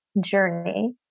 journey